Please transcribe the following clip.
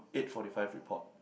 eight forty five report